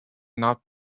not